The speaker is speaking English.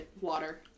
water